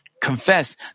confess